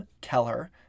Keller